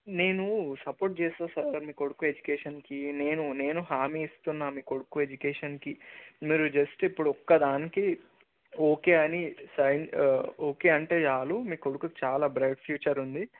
నేను సపోర్ట్ చేస్తాను సార్ మీ కొడుకు ఎడ్యుకేషన్కి నేను నేను హామీ ఇస్తున్నాను మీ కొడుకు ఎడ్యుకేషన్కి మీరు జస్ట్ ఇప్పుడు ఒక్క దానికి ఓకే అని సైన్ ఓకే అంటే చాలు మీ కొడుకుకి చాలా బ్రైట్ ఫ్యూచర్ ఉంది